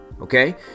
Okay